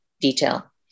detail